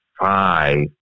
five